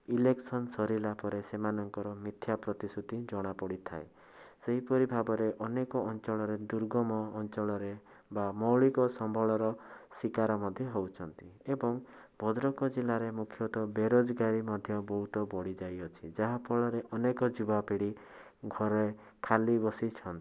election ସରିଲା ପରେ ସେମାନଙ୍କର ମିଥ୍ୟା ପ୍ରତିଶୃତି ଜଣା ପଡ଼ିଥାଏ ସେହିପରି ଭାବରେ ଅନେକ ଅଞ୍ଚଳରେ ଦୁର୍ଗମ ଅଞ୍ଚଳରେ ବା ମୌଳିକ ସମ୍ବଳର ଶିକାର ମଧ୍ୟ ହେଉଛନ୍ତି ଏବଂ ଭଦ୍ରକ ଜିଲ୍ଲାରେ ମୁଖ୍ୟତଃ ବେରୋଜଗାରୀ ମଧ୍ୟ ବହୁତ ବଢ଼ି ଯାଇଅଛି ଯାହାଫଳରେ ଅନେକ ଯୁବାପିଢ଼ି ଘରେ ଖାଲି ବସିଛନ୍ତି